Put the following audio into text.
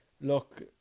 look